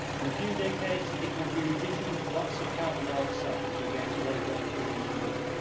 in a few decades it will be emitting lots of carbon dioxide as we go to low-grade uranium ore.